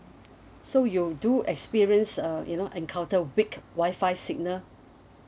so you do experience uh you know encounter weak Wi-Fi signal